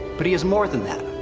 but he is more than that.